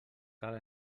cal